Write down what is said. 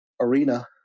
arena